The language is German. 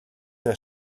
sehr